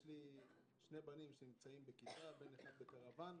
יש לי שני בנים שנמצאים בכיתה, בן אחד בקרוואן.